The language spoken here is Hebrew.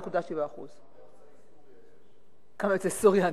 11.7%. כמה יוצאי סוריה יש?